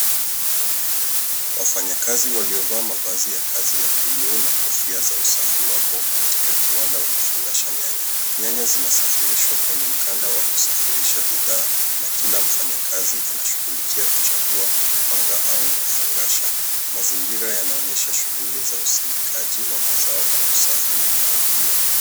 Wafanyakazi waliovaa mavazi ya kazi ya bluu na kofia za usafi wapo katika viwanda wakifungasha nyanya. Nyanya zinasafirishwa kwenye mkanda wa kusafirisha bidhaa na kila mfanyakazi anashughulikia kuchagua, kupanga au kufungasha. Mazingira yanaonyesha shughuli za usindikaji wa mazao kwa usafi na mpangilio.